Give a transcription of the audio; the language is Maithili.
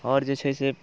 आओर जे छै से